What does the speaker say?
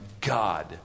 God